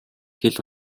хэл